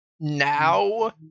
Now